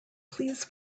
please